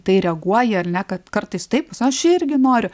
tai reaguoja ar ne kad kartais taip aš irgi noriu